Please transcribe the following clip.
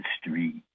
street